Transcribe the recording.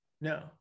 no